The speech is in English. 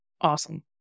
awesome